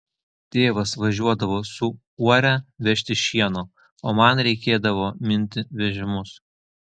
tėvas važiuodavo su uore vežti šieno o man reikėdavo minti vežimus